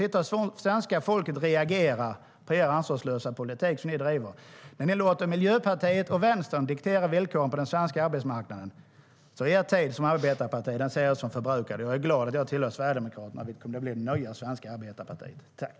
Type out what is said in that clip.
Titta på hur svenska folket reagerar på den ansvarslösa politik som ni bedriver! Ni låter Miljöpartiet och Vänstern diktera villkoren på den svenska arbetsmarknaden.